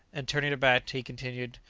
and turning to bat, he continued,